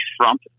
Trump